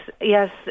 yes